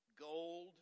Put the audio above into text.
gold